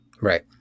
Right